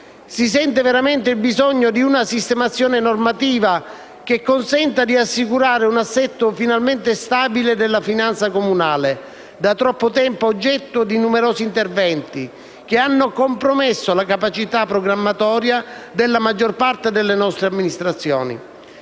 Si sente veramente il bisogno di una sistemazione normativa che consenta di assicurare un assetto finalmente stabile della finanza comunale, da troppo tempo oggetto di numerosi interventi, che hanno compromesso la capacità programmatoria della maggior parte delle nostre amministrazioni.